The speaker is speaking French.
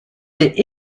des